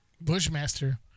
Bushmaster